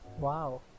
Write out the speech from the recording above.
Wow